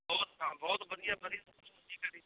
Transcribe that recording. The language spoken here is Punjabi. ਹੋਰ ਸੁਣਾਓ ਬਹੁਤ ਵਧੀਆ ਵਧੀਆ